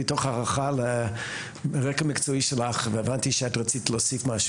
מתוך הערכה לרקע מקצועי שלך והבנתי שאת רצית להוסיף משהו.